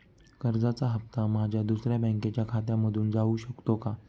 कर्जाचा हप्ता माझ्या दुसऱ्या बँकेच्या खात्यामधून जाऊ शकतो का?